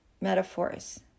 metaphors